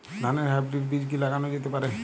ধানের হাইব্রীড বীজ কি লাগানো যেতে পারে?